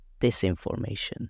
disinformation